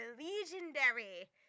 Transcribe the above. legendary